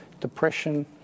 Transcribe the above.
depression